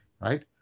Right